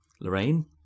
Lorraine